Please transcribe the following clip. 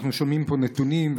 אנחנו שומעים פה נתונים,